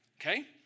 Okay